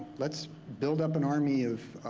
let's build up an army of.